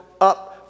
up